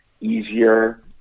easier